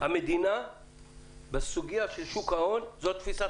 המדינה בסוגיה של שוק ההון זו תפיסת